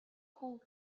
хүн